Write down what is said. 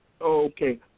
Okay